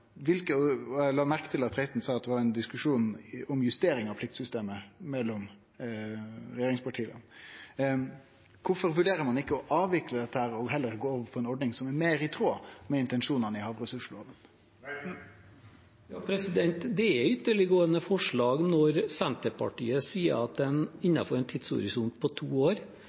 la merke til at representanten sa at det var ein diskusjon om justering av pliktsystemet mellom regjeringspartia. Kvifor vurderer ein ikkje å avvikle dette og heller gå for ei ordning som er meir i tråd med intensjonane i havressurslova? Det er et ytterliggående forslag når Senterpartiet sier at en innenfor en tidshorisont på to år